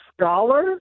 scholar